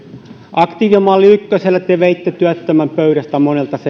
aktiivimalli ykkösellä te veitte monen työttömän pöydästä